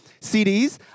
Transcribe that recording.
CDs